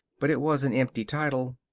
but it was an empty title.